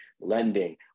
lending